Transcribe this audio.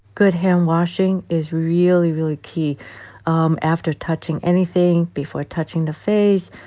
good hand-washing is really, really key um after touching anything, before touching the face,